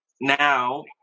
Now